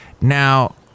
now